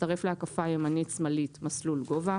(2)תצטרף להקפה ימנית/שמלאית, מסלול...